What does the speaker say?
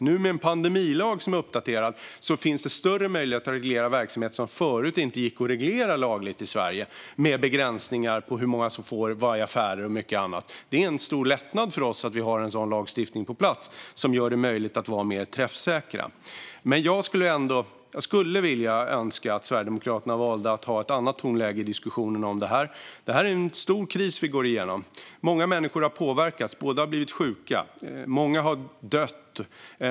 När vi nu har en pandemilag som är uppdaterad finns det större möjlighet att reglera verksamhet som förut inte gick att reglera lagligt i Sverige med begränsningar på hur många som får vara i affärer och mycket annat. Det är en stor lättnad för oss att vi har en en lagstiftning på plats som gör det möjligt för oss att vara mer träffsäkra. Jag skulle ändå önska att Sverigedemokraterna valde att ha ett annat tonläge i diskussionen om detta. Det är en stor kris vi går igenom. Många människor har påverkats. Många har blivit sjuka. Många har dött.